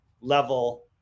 level